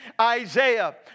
Isaiah